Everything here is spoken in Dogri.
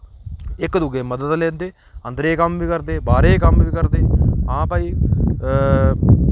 इक दुए मदाद लैंदे अंदरै कम्म बी करदे बाह्रै कम्म बी करदे हां भाई